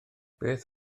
beth